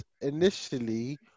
initially